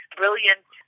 brilliant